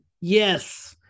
yes